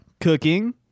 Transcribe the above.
cooking